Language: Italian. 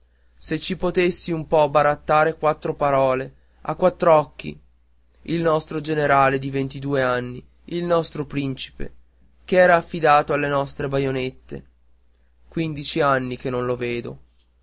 se ci potessi un po barattare quattro parole a quattr'occhi il nostro generale di ventidue anni il nostro principe che era affidato alle nostre baionette quindici anni che non lo vedo